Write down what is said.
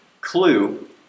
clue